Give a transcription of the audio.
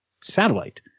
satellite